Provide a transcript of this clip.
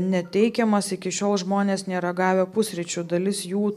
neteikiamas iki šiol žmonės nėra gavę pusryčių dalis jų